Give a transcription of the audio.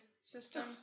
system